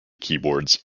keyboards